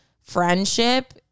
friendship